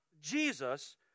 Jesus